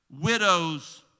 widows